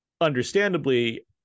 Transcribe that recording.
understandably